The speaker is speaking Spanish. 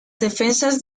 defensa